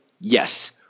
yes